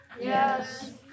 Yes